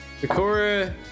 sakura